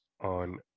on